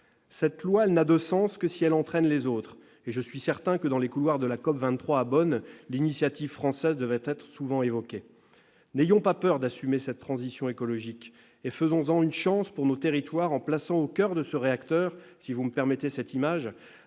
Cette loi n'a de sens que si elle entraîne les autres, et je suis certain que, dans les couloirs de la COP23, à Bonn, l'initiative française devrait être souvent évoquée ! N'ayons pas peur d'assumer cette transition écologique et faisons de cette dernière une chance pour nos territoires, en plaçant au coeur du réacteur, si vous me permettez cette image,